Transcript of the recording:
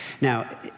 Now